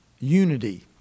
unity